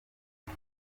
ati